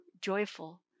joyful